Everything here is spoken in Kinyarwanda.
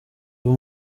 uyu